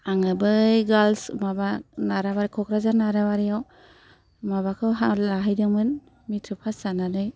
आङो बै गार्लस माबा नाराबारि कक्राझार नाराबारियाव माबाखौ हा लाहैदोंमोन मेट्रिक पास जानानै